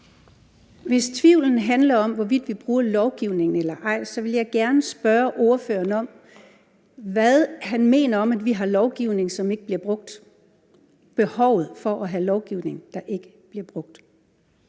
Hvis tvivlen handler om, hvorvidt vi bruger lovgivningen eller ej, vil jeg gerne spørge ordføreren om, hvad han mener om, at vi har lovgivning, som ikke bliver brugt, altså i forhold til behovet for at have lovgivning, der ikke bliver brugt.